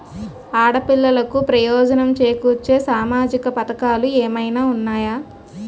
ఆడపిల్లలకు ప్రయోజనం చేకూర్చే సామాజిక పథకాలు ఏమైనా ఉన్నాయా?